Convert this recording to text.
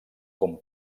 com